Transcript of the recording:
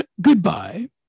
goodbye